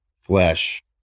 flesh